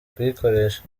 kuyikoresha